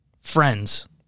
Friends